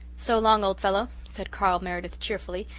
so long, old fellow, said carl meredith cheerfully,